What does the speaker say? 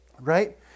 Right